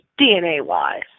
DNA-wise